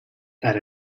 that